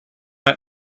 not